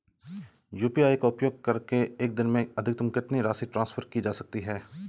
UPI का उपयोग करके एक दिन में अधिकतम कितनी राशि ट्रांसफर की जा सकती है?